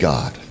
God